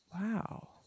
Wow